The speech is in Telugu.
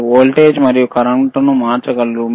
మీరు వోల్టేజ్ మరియు కరెంట్ను మార్చగలరు